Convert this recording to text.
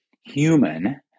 human